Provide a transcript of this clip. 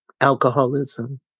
alcoholism